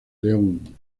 león